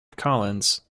collins